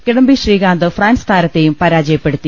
Kidambi Srikanth France താരത്തെയും പരാജയപ്പെടുത്തി